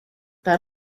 that